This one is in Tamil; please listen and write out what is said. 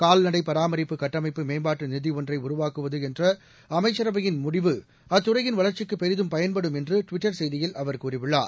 கால்நடைப் பராமரிப்பு கட்டமைப்பு மேம்பாட்டு நிதி ஒன்றை உருவாக்குவது என்ற அமைச்சரவையின் முடிவு அத்துறையின் வளர்ச்சிக்கு பெரிதும் பயன்படும் என்று ட்விட்டர் செய்தியில் அவர் கூறியுள்ளார்